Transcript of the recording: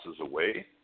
away